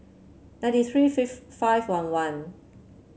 ninety three five one one